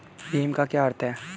भीम का क्या अर्थ है?